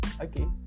Okay